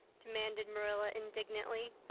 demanded marilla indignantly.